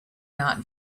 not